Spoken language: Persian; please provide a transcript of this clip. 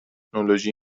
مهندسی